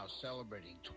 celebrating